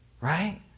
right